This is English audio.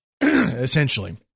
essentially